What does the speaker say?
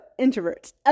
introverts